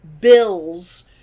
bills